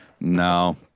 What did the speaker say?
No